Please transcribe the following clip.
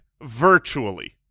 virtually